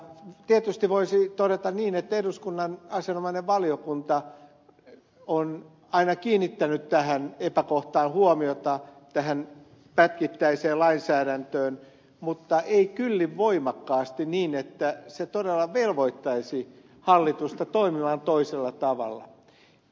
tietysti voisi todeta niin että eduskunnan asianomainen valiokunta on aina kiinnittänyt tähän epäkohtaan huomiota tähän pätkittäiseen lainsäädäntöön mutta ei kyllin voimakkaasti niin että se todella velvoittaisi hallitusta toimimaan toisella tavalla